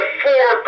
four